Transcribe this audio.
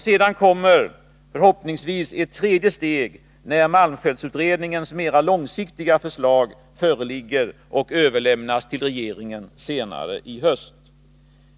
Sedan kommer förhoppningsvis ett tredje steg, när malmfältsutredningens mera långsiktiga förslag föreligger och överlämnas till regeringen senare i höst.